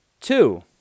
Two